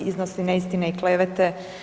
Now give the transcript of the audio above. Iznosi neistine i klevete.